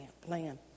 plan